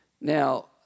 Now